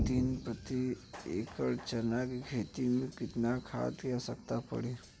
तीन प्रति एकड़ चना के खेत मे कितना खाद क आवश्यकता पड़ी?